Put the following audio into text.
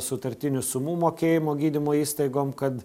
sutartinių sumų mokėjimo gydymo įstaigom kad